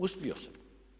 Uspio sam.